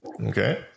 Okay